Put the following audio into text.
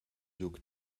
giug